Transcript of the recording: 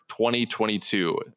2022